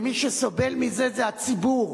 מי שסובל מזה זה הציבור,